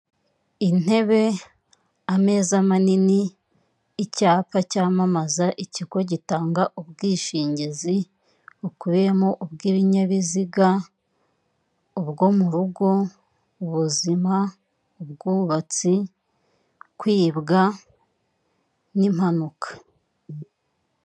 Intebe, ameza manini, icyapa cyamamaza ikigo gitanga ubwishingizi bukubiyemo ubw'ibinyabiziga, ubwo mu rugo, buzima, ubwubatsi, kwibwa n'impanuka.